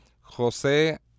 José